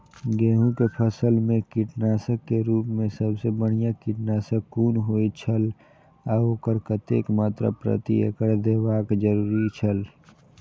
गेहूं के फसल मेय कीटनाशक के रुप मेय सबसे बढ़िया कीटनाशक कुन होए छल आ ओकर कतेक मात्रा प्रति एकड़ देबाक जरुरी छल?